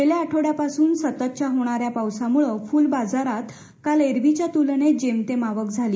गेल्या आठवड्यापासून सततच्या होणाऱ्या पावसामुळं फुलबाजारात आज एरवीच्या तुलनेत जेमतेम आवक झाली